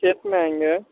खेत में आएँगे